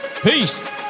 Peace